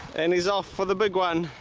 and he's off for the big one.